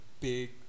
big